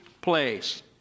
place